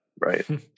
right